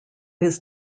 his